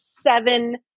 seven